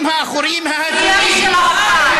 מהספסלים האחוריים ההזויים,